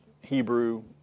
Hebrew